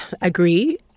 Agree